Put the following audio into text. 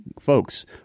Folks